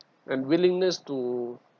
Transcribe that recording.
and willingness to